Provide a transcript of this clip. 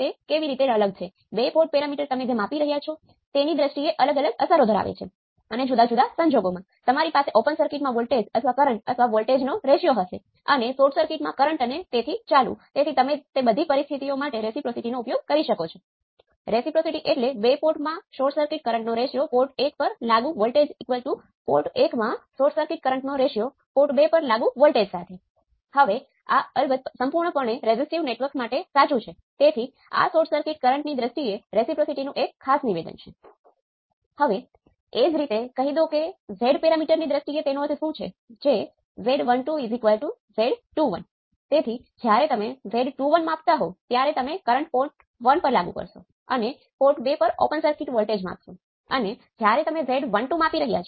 તેથી હવે આપણી પાસે આ નિયંત્રણ સ્ત્રોત છે અને આપણે વોલ્ટેજ નિયંત્રિત વોલ્ટેજ સ્ત્રોતો પર કરી શકીએ છીએ અને પછી આપણે નિયંત્રણ સ્ત્રોત સમીકરણનો ઉપયોગ કરીએ છીએ જે V0 A0 × Vd છે જે વધારાના સમીકરણ તરીકે છે